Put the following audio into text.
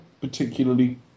particularly